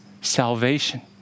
salvation